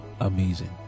amazing